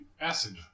acid